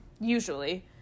Usually